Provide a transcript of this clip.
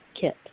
Kit